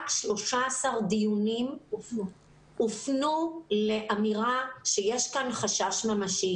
רק 13 דיונים הופנו לאמירה שיש כאן חשש ממשי.